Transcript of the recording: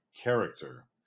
character